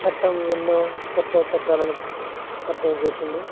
చట్టం ఎన్నో క్రొత్త చట్టాలను పరిచయం చేసింది